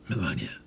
Melania